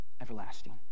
everlasting